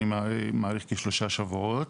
אני מעריך כשלושה שבועות,